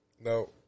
No